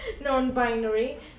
Non-binary